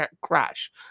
crash